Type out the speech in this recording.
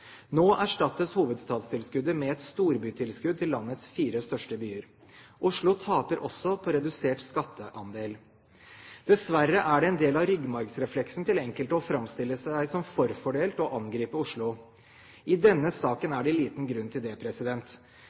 Nå erstattes hovedstadstilskuddet med et storbytilskudd til landets fire største byer. Oslo taper også på redusert skatteandel. Dessverre er det en del av ryggmargsrefleksen til enkelte å framstille seg som forfordelt, og angripe Oslo. I denne saken er det liten grunn til det.